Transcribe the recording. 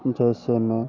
जैसे में